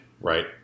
right